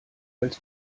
als